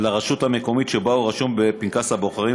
לרשות המקומית שבה הוא רשום בפנקס הבוחרים,